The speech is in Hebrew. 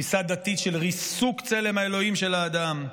תפיסה דתית של ריסוק צלם האלוהים של האדם,